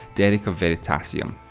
derek of veritasium.